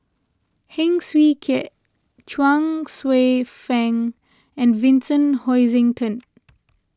Heng Swee Keat Chuang Hsueh Fang and Vincent Hoisington